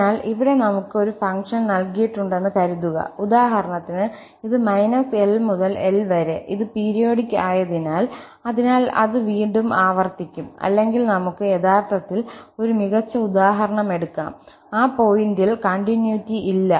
അതിനാൽ ഇവിടെ നമുക്ക് ഒരു ഫംഗ്ഷൻ നൽകിയിട്ടുണ്ടെന്ന് കരുതുക ഉദാഹരണത്തിന് ഇത് L മുതൽ L വരെ ഇത് പീരിയോഡിക് ആയതിനാൽ അതിനാൽ അത് വീണ്ടും ആവർത്തിക്കും അല്ലെങ്കിൽ നമുക്ക് യഥാർത്ഥത്തിൽ ഒരു മികച്ച ഉദാഹരണം എടുക്കാം ആ പോയിന്റിൽ കണ്ടിന്യൂയിറ്റി ഇല്ല